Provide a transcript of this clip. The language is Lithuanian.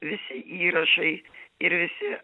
visi įrašai ir visi